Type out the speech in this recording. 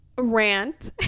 rant